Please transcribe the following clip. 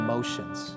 Emotions